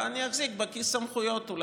ואני אחזיק סמכויות בכיס,